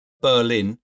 Berlin